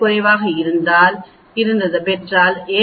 4826 ஆக வெளிவருகிறது